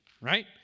right